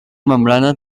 membrana